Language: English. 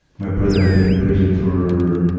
my brother had been in prison for,